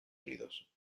unidos